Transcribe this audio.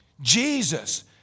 Jesus